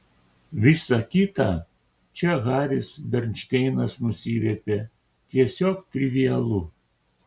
visa kita čia haris bernšteinas nusiviepė tiesiog trivialu